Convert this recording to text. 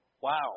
Wow